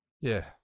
Yeah